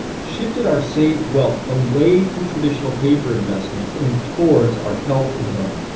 shifted our saved wealth away from traditional paper investments and towards our health and home,